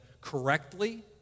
correctly